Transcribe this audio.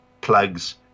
plugs